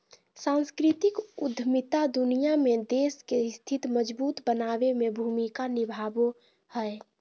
सांस्कृतिक उद्यमिता दुनिया में देश के स्थिति मजबूत बनाबे में भूमिका निभाबो हय